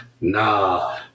nah